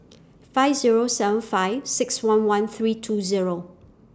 five Zero seven five six one one three two Zero